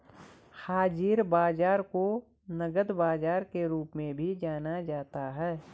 हाज़िर बाजार को नकद बाजार के रूप में भी जाना जाता है